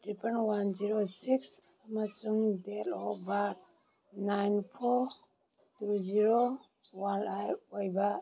triple one zero six ꯑꯃꯁꯨꯡ date of birth nine four two zero one eight ꯑꯣꯏꯕ